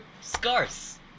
scarce